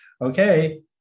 okay